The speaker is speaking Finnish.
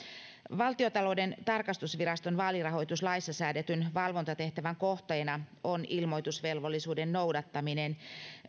valtiontalouden tarkastusviraston vaalirahoituslaissa säädetyn valvontatehtävän kohteena on ilmoitusvelvollisuuden noudattaminen